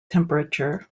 temperature